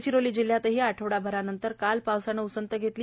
गडचिरोली जिल्ह्यातही आठवडाभरानंतर काल पावसाने उसंत घेतली